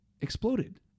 exploded